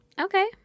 Okay